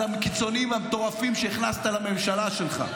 זה הקיצוניים המטורפים שהכנסת לממשלה שלך.